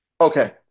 Okay